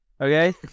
okay